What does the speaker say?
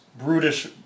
brutish